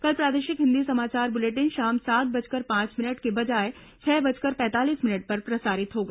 कल प्रादेशिक हिन्दी समाचार बुलेटिन शाम सात बजकर पांच मिनट के बजाय छह बजकर पैंतालीस मिनट पर प्रसारित होगा